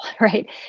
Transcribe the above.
right